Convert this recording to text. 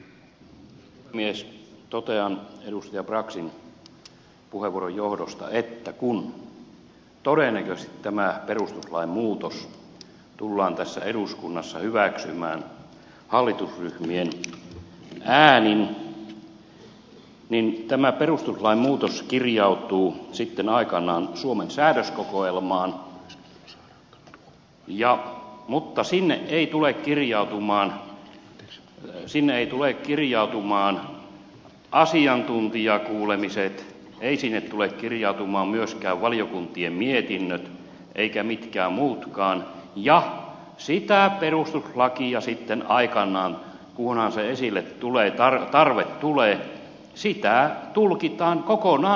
totean edustaja braxin puheenvuoron johdosta että kun todennäköisesti tämä perustuslain muutos tullaan tässä eduskunnassa hyväksymään hallitusryhmien äänin niin tämä perustuslain muutos kirjautuu sitten aikanaan suomen säädöskokoelmaan mutta sinne eivät tule kirjautumaan asiantuntijakuulemiset eivät sinne tule kirjautumaan myöskään valiokuntien mietinnöt eivätkä mitkään muutkaan ja sitä perustuslakia sitten aikanaan kunhan tarve tulee tulkitaan kokonaan erikseen